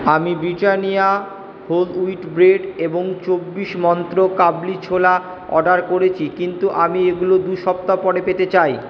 আমি Britannia whole wheat bread এবং চব্বিশ মন্ত্র কাবলি ছোলা অর্ডার করেছি কিন্তু আমি এগুলো দু সপ্তাহ পরে পেতে চাই